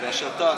אתה שר בממשלה.